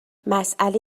مسئله